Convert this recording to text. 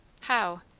how?